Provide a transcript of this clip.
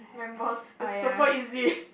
members it's super easy